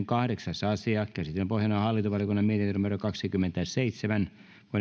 kahdeksas asia käsittelyn pohjana on hallintovaliokunnan mietintö kaksikymmentäseitsemän